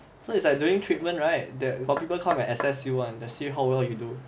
so it's like during treatment right the got people come and assess you want to see how will you do